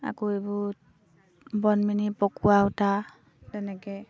আকৌ এইবোৰ বনমিনি পকোৱা উঠা তেনেকে